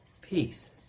Peace